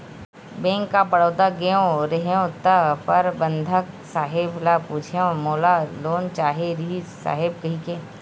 bank of Baroda गेंव रहेव त परबंधक साहेब ल पूछेंव मोला लोन चाहे रिहिस साहेब कहिके